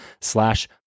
slash